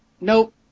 nope